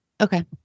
Okay